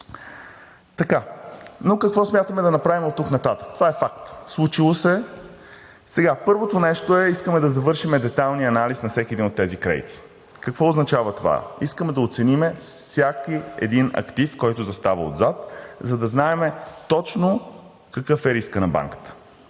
Но какво смятаме да направим оттук нататък? Това е факт. Случило се е. Сега първото нещо е, искаме да завършим детайлния анализ на всеки един от тези кредити. Какво означава това? Искаме да оценим всеки един актив, който застава отзад, за да знаем точно какъв е рискът на банката.